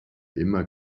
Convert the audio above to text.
immer